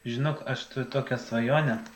žinok aš turiu tokią svajonę